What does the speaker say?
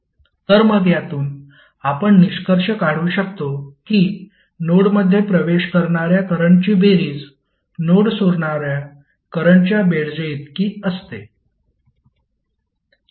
तर मग यातून आपण निष्कर्ष काढू शकतो की नोडमध्ये प्रवेश करणार्या करंटची बेरीज नोड सोडणार्या करंटच्या बेरजेइतकी असते